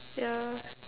yeah